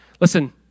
Listen